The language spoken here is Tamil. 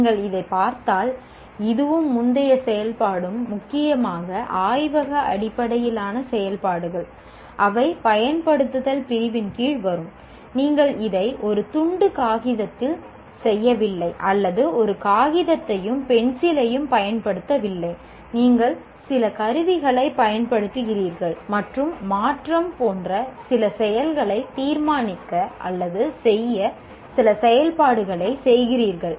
நீங்கள் சில கருவிகளைப் பயன்படுத்துகிறீர்கள் மற்றும் மாற்றம் போன்ற சில செயல்களைத் தீர்மானிக்க அல்லது செய்ய சில செயல்பாடுகளைச் செய்கிறீர்கள்